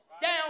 down